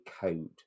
code